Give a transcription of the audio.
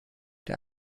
der